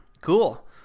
Cool